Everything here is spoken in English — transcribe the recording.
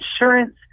insurance